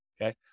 Okay